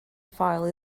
file